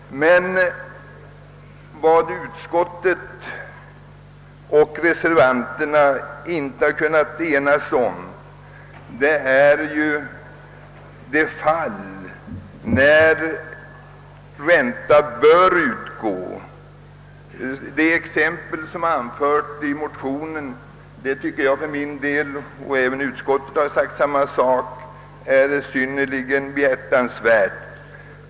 Men vad utskottet och reservanterna inte har kunnat ena sig om är de fall där ränta bör utgå. Det exempel som är anfört i motionen tycker jag för min del — och även utskottet har sagt samma sak — är synnerligen behjärtansvärt.